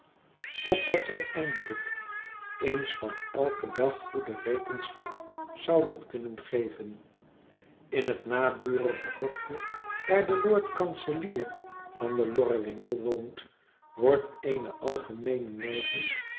zij eindelijk ééns van eiken dag goede rekenschap zouden kunnen geven in het naburjge hofje waar de lord-kanselier van den lorrenwinkel woont wordt eene algemeene